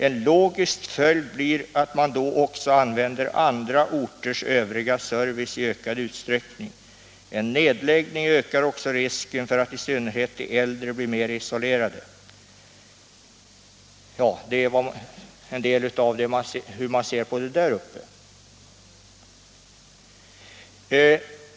En logisk följd blir att man då också använder andra orters övriga service i ökad utsträckning. En nedläggning ökar också risken för att i synnerhet de äldre blir mer isolerade -—--.” Så ser man på situationen där uppe.